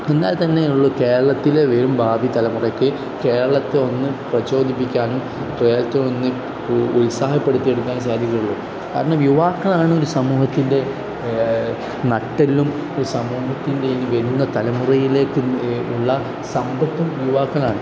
എന്നാൽ തന്നെയള്ളൂ കേരളത്തിലെ വരും ഭാവി തലമുറയ്ക്ക് കേരളത്തിൽ ഒന്ന് പ്രചോദിപ്പിക്കാനും കേരളത്തി ഒന്ന് ഉത്സാഹപ്പെടുത്തിയെടുക്കാൻ സാധിക്കുകയുള്ളൂ കാരണം യുവാക്കളാണ് ഒരു സമൂഹത്തിൻ്റെ നട്ടെല്ലും ഒരു സമൂഹത്തിൻ്റെ ഇനി വരുന്ന തലമുറയിലേക്ക് ഉള്ള സമ്പത്തും യുവാക്കളാണ്